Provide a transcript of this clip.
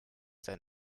sein